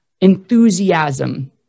enthusiasm